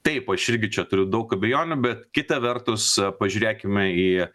taip aš irgi čia turiu daug abejonių bet kita vertus pažiūrėkime į